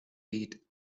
beat